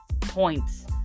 points